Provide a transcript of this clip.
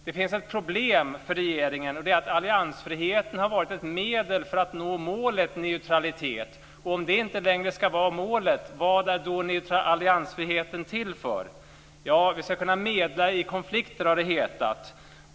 Det finns ett problem för regeringen, och det är att alliansfriheten har varit ett medel för att nå målet neutralitet. Om det inte längre ska vara målet, vad är då alliansfriheten till för? Vi ska kunna medla i konflikter, har det hetat.